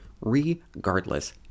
Regardless